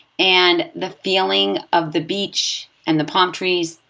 and the feeling of the beach, and the palm trees,